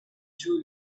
two